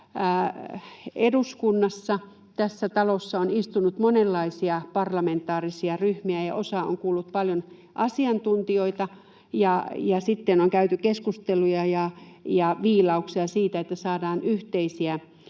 sanoen eduskunnassa, tässä talossa, on istunut monenlaisia parlamentaarisia ryhmiä, ja osa on kuullut paljon asiantuntijoita, ja sitten on käyty keskusteluja ja viilauksia niin että saadaan yhteisiä